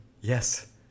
Yes